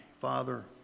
Father